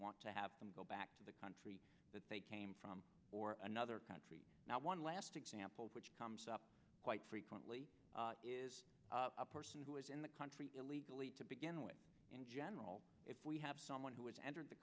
want to have them go back to the country that they came from or another country now one last example which comes up quite frequently is a person who is in the country illegally to begin with in general if we have someone who has entered the